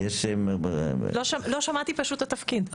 לא שמעתי פשוט את התפקיד.